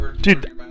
dude